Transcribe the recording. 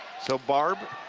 so, barb,